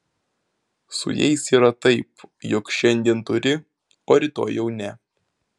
su jais yra taip jog šiandien turi o rytoj jau ne